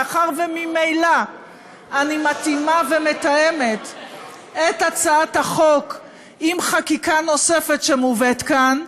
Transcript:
מאחר שממילא אני מתאימה ומתאמת את הצעת החוק עם חקיקה נוספת שמובאת כאן,